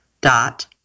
dot